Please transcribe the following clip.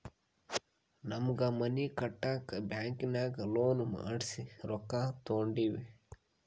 ನಮ್ಮ್ಗ್ ಮನಿ ಕಟ್ಟಾಕ್ ಬ್ಯಾಂಕಿನಾಗ ಲೋನ್ ಮಾಡ್ಸಿ ರೊಕ್ಕಾ ತೊಂಡಿವಿ